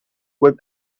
web